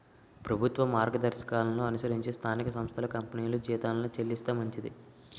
ప్రభుత్వ మార్గదర్శకాలను అనుసరించి స్థానిక సంస్థలు కంపెనీలు జీతాలు చెల్లిస్తే మంచిది